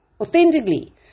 authentically